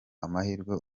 amahirwe